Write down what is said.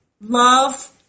love